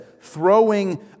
throwing